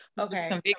Okay